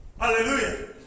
Hallelujah